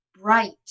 bright